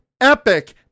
epic